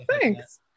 thanks